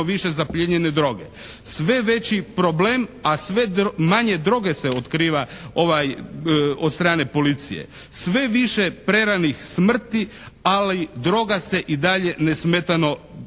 više zaplijenjene droge. Sve veći problem, a sve manje droge se otkriva od strane policije. Sve više preranih smrti, ali droga se i dalje nesmetano